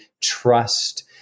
trust